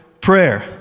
prayer